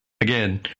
Again